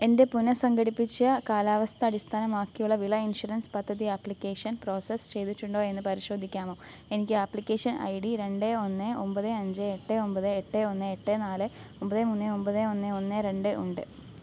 എന്റെ പുനസംഘടിപ്പിച്ച കാലാവസ്ഥ അടിസ്ഥാനമാക്കിയുള്ള വിള ഇൻഷുറൻസ് പദ്ധതി ആപ്ലിക്കേഷൻ പ്രോസസ്സ് ചെയ്തിട്ടുണ്ടോ എന്ന് പരിശോധിക്കാമോ എനിക്ക് അപ്ലിക്കേഷൻ ഐ ഡി രണ്ട് ഒന്ന് ഒമ്പത് അഞ്ച് എട്ട് ഒമ്പത് എട്ട് ഒന്ന് എട്ട് നാല് ഒമ്പത് മൂന്ന് ഒമ്പത് ഒന്ന് ഒന്ന് രണ്ട് ഒണ്ട്